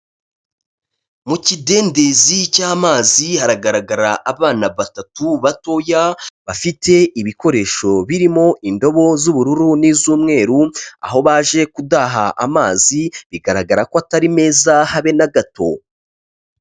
Mu kidendezi cy'amazi hagaragara abana batatu batoya, bafite ibikoresho birimo indobo z'ubururu n'iz'umweru, aho baje kudaha amazi, bigaragara ko atari meza habe na gato.